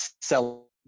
sell